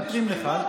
בוא תעלה.